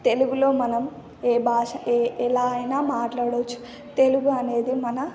తెలుగులో మనం ఏ భాష ఏ ఎలా అయినా మాట్లాడవచ్చు తెలుగు అనేది మన